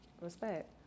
Respect